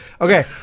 Okay